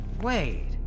Wait